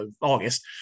August